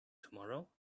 tomorrow